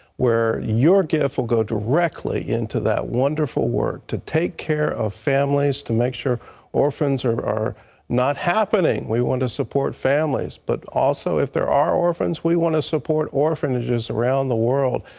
where your gift will go directly into that wonderful work, to take care of families, to make sure orphans are are not happening. we want to support families. but, also, if there are orphans, we want to support orphanages around the world.